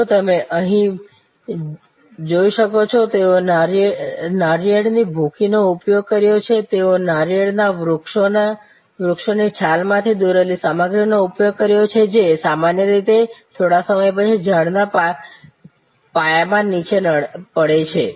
જો તમે અહીં જોઈ શકો છો તેઓએ નાળિયેરની ભૂકીનો ઉપયોગ કર્યો છે તેઓએ નાળિયેર ના વૃક્ષની છાલમાંથી દોરેલી સામગ્રીનો ઉપયોગ કર્યો છે જે સામાન્ય રીતે થોડા સમય પછી ઝાડના પાયામાં નીચે પડે છે